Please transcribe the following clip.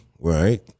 right